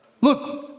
Look